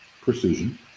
precision